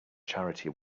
charity